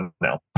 now